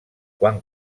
quan